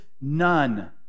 none